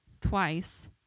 twice